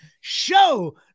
show